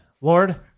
Lord